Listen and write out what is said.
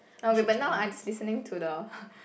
okay but now I just listening to the